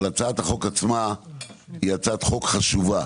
אבל הצעת החוק עצמה היא הצעת חוק חשובה.